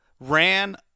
ran